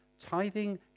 Tithing